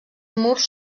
murs